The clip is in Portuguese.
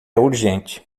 urgente